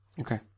Okay